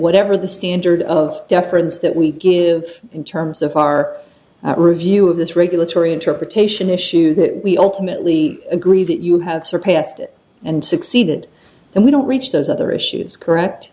whatever the standard of deference that we give in terms of our review of this regulatory interpretation issue that we ultimately agree that you have surpassed it and succeeded and we don't reach those other issues correct